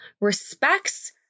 respects